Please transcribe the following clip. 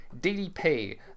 ddp